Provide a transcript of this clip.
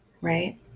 right